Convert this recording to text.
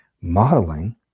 Modeling